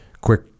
Quick